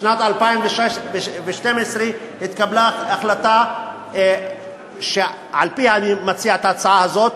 בשנת 2012 התקבלה החלטה שעל-פיה אני מציע את ההצעה הזאת,